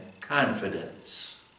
confidence